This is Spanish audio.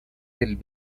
del